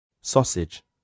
Sausage